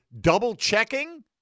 double-checking